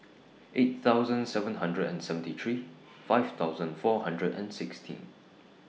eight thousand seven hundred and seventy three five thousand four hundred and sixteen